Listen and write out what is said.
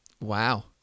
Wow